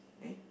eh